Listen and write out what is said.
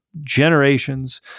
generations